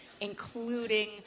including